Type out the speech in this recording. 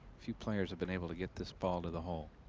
few players have been able to get this ball to the hole.